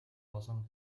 болон